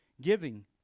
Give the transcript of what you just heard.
giving